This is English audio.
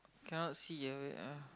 cannot see ah wait ah